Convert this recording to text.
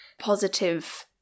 positive